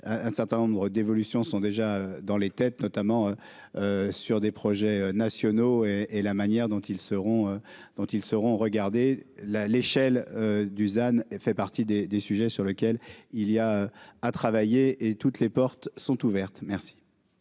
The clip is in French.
un certain nombre d'évolutions sont déjà dans les têtes, notamment sur des projets nationaux et et la manière dont ils seront dont ils seront regarder la l'échelle Dusan et fait partie des des sujets sur lequel il y a à travailler et toutes les portes sont ouvertes, merci.